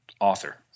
author